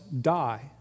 die